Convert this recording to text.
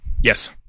Yes